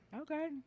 okay